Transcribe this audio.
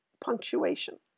punctuation